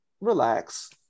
relax